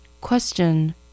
Question